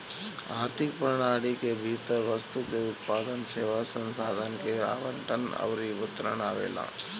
आर्थिक प्रणाली के भीतर वस्तु के उत्पादन, सेवा, संसाधन के आवंटन अउरी वितरण आवेला